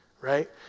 right